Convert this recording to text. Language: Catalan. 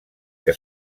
que